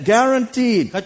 Guaranteed